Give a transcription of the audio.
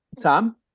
Tom